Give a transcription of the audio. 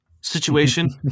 situation